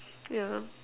yeah